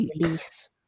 release